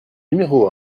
numéro